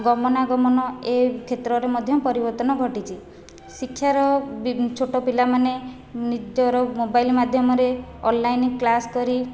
ଗମନା ଗମନ ଏ କ୍ଷେତ୍ରରେ ମଧ୍ୟ ପରିବର୍ତ୍ତନ ଘଟିଛି ଶିକ୍ଷାର ଛୋଟ ପିଲାମାନେ ନିଜର ମୋବାଇଲ ମାଧ୍ୟମରେ ଅନଲାଇନ କ୍ଲାସ କରି